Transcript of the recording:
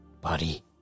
body